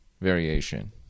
variation